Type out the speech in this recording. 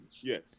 Yes